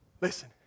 Listen